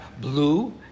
blue